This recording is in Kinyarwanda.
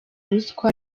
ruswa